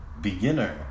beginner